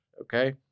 okay